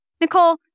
Nicole